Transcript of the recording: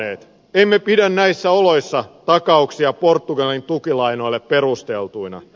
emme pidä näissä oloissa takauksia portugalin tukilainoille perusteltuina